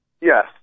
Yes